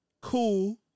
cool